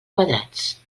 quadrats